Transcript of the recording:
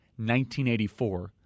1984